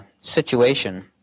situation